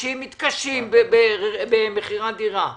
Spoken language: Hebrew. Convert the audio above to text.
שאנשים מתקשים במכירת דירה.